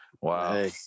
Wow